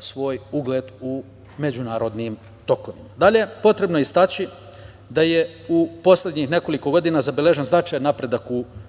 svoj ugled u međunarodnim tokovima. Dalje, potrebno je istaći da je u poslednjih nekoliko godina zabeležen značajan napredak u